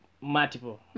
multiple